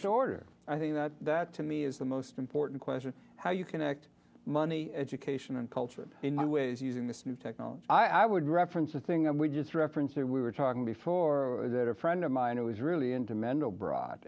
highest order i think that that to me is the most important question how you connect money education and culture in ways using this new technology i would reference a thing and we just reference it we were talking before that a friend of mine who is really into mental bro